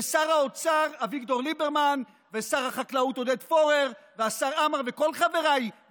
ושר האוצר אביגדור ליברמן ושר החקלאות עודד פורר והשר עמאר וכל חבריי,